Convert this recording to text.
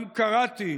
גם קראתי